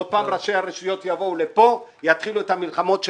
שוב ראשי הרשויות יבואו לכאן ויתחילו את המלחמות שלהם.